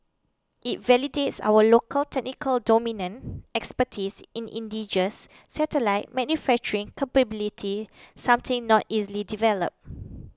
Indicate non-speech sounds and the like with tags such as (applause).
it validates our local technical (unintelligible) expertise in indigenous satellite manufacturing capability something not easily developed